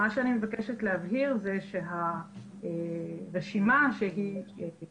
מה שאני מבקשת להבהיר זה שהרשימה שמכילה